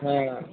ಹಾಂ